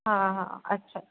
हा हा अच्छा